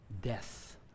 death